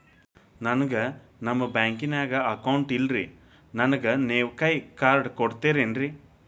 ನನ್ಗ ನಮ್ ಬ್ಯಾಂಕಿನ್ಯಾಗ ಅಕೌಂಟ್ ಇಲ್ರಿ, ನನ್ಗೆ ನೇವ್ ಕೈಯ ಕಾರ್ಡ್ ಕೊಡ್ತಿರೇನ್ರಿ?